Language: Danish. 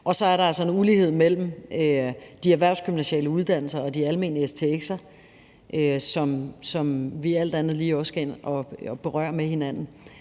Og så er der altså en ulighed mellem de erhvervsgymnasiale uddannelser og de almene stx'er, som vi alt andet lige også skal ind at berøre med hinanden.